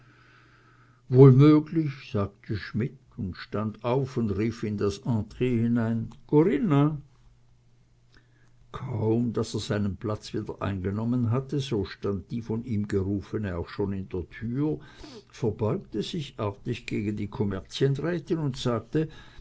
wohl möglich sagte schmidt und stand auf und rief in das entree hinein corinna kaum daß er seinen platz wieder eingenommen hatte so stand die von ihm gerufene auch schon in der tür verbeugte sich artig gegen die kommerzienrätin und sagte